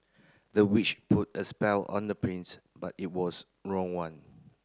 the witch put a spell on the prince but it was wrong one